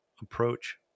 approach